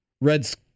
Reds